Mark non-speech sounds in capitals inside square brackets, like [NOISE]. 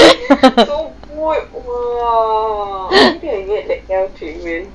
[LAUGHS]